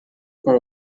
com